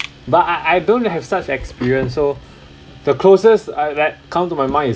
but I I don't have such experience so the closest uh that comes to my mind is